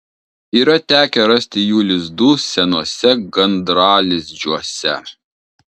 yra tekę rasti jų lizdų senuose gandralizdžiuose